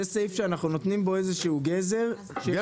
זה סעיף שאנחנו נותנים בו איזשהו גזר שיש לו תמריץ.